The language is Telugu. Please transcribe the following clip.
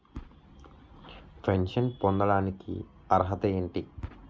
పెన్షన్ పొందడానికి అర్హత ఏంటి?